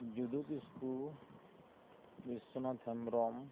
ᱡᱩᱫᱩ ᱠᱤᱥᱠᱩ ᱵᱤᱥᱥᱚᱱᱟᱛᱷ ᱦᱮᱢᱵᱨᱚᱢ